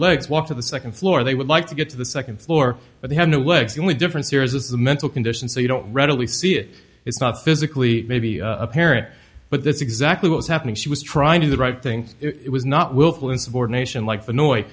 legs walk to the second floor they would like to get to the second floor but they have no legs the only difference here is the mental condition so you don't readily see it it's not physically maybe apparent but that's exactly what's happening she was trying to the right thing it was not willful insubordination like the noise